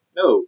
no